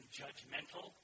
judgmental